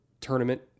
tournament